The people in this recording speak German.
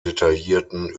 detaillierten